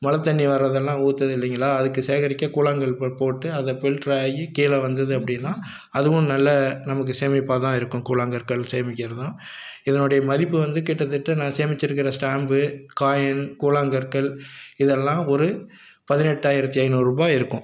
மழை தண்ணி வரதெல்லாம் ஊற்றுது இல்லீங்களா அதுக்கு சேகரிக்க கூழாங்கல் போ போட்டு அதை ஃபில்டராகி கீழே வந்துடுது அப்படின்னா அதுவும் நல்ல நமக்கு சேமிப்பாக தான் இருக்கும் கூழாங்கற்கள் சேமிக்கிறதும் இதனுடைய மதிப்பு வந்து கிட்டத்தட்ட நான் சேமிச்சிருக்கிற ஸ்டாம்பு காயின் கூழாங்கற்கள் இதெல்லாம் ஒரு பதினெட்டாயிரத்தி ஐநூறுரூபா இருக்கும்